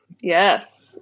Yes